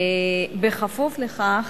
בכפוף לכך